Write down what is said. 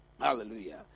hallelujah